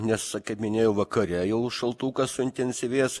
nes kaip minėjau vakare jau šaltukas suintensyvės